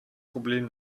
problem